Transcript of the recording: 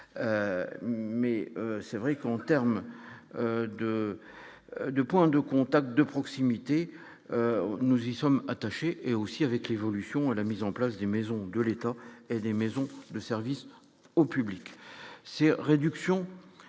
mais c'est vrai qu'en terme de de points de contact de proximité, nous y sommes attachés et aussi avec l'évolution à la mise en place d'une maison de l'État et des maisons de service au public, ces réductions